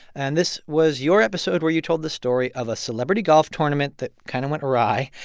and this was your episode where you told the story of a celebrity golf tournament that kind of went awry.